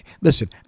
Listen